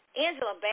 Angela